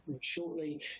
Shortly